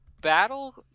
battle